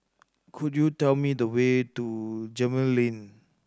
could you tell me the way to Gemmill Lane